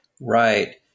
Right